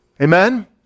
Amen